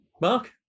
mark